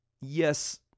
yes